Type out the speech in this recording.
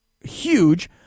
huge